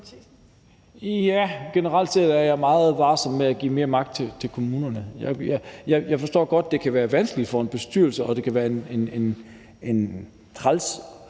Ja, generelt set er jeg meget varsom med at give mere magt til kommunerne. Jeg forstår godt, det kan være vanskeligt for en bestyrelse, og det kan være en træls